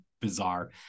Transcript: bizarre